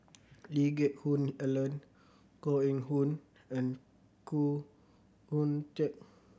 Lee Geck Hoon Ellen Koh Eng Hoon and Khoo Oon Teik